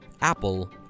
apple